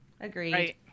agreed